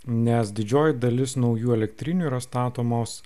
nes didžioji dalis naujų elektrinių yra statomos